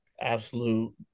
Absolute